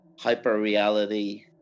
hyperreality